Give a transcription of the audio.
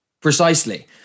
precisely